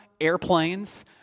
airplanes